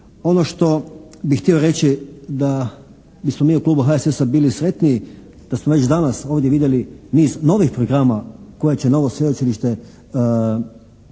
Ono što bi htio reći da bismo mi u Klubu HSS-a bili sretni da smo već danas ovdje vidjeli niz novih programa koji će novo sveučilište u